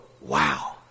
Wow